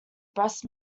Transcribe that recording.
breast